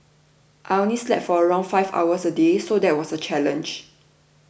I only slept for around five hours a day so that was a challenge